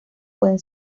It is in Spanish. pueden